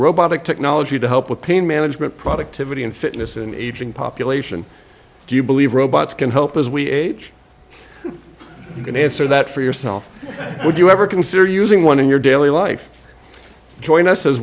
robotic technology to help with pain management productivity and fitness and aging population do you believe robots can help as we age you can answer that for yourself would you ever consider using one in your daily life joining us as